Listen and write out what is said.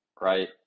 right